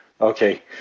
Okay